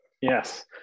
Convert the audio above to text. Yes